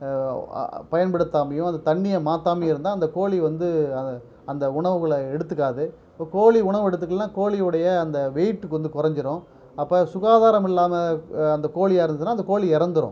பயன்படுத்தாமையோ அந்த தண்ணியை மாற்றாமயோ இருந்தால் அந்த கோழி வந்து அந்த அந்த உணவுகளை எடுத்துக்காது இப்போ கோழி உணவு எடுத்துக்கலைனா கோழிவொடைய அந்த வெயிட் வந்து குறஞ்சிடும் அப்போ சுகாதாரம் இல்லாமல் அந்த கோழியா இருந்ததுன்னா அந்த கோழி இறந்துரும்